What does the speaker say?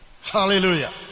Hallelujah